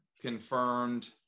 confirmed